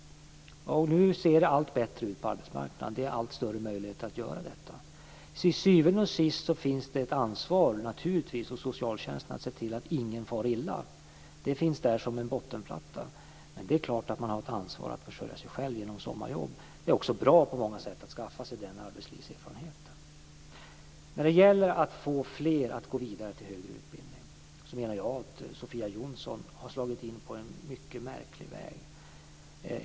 Nu ser det allt bättre ut på arbetsmarknaden. Det finns allt större möjligheter att göra detta. Till syvende och sist finns det naturligtvis ett ansvar hos socialtjänsten att se till att ingen far illa. Det finns där som en bottenplatta. Men det är klart att man har ett ansvar att försörja sig själv genom sommarjobb. Det är också bra på många sätt att skaffa sig den arbetslivserfarenheten. När det gäller att få fler att gå vidare till högre utbildning menar jag att Sofia Jonsson har slagit in på en mycket märklig väg.